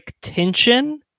tension